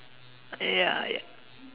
ya ya